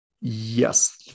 Yes